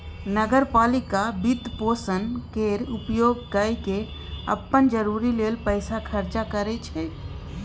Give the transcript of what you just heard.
नगर पालिका वित्तपोषण केर उपयोग कय केँ अप्पन जरूरी लेल पैसा खर्चा करै छै